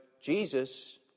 Jesus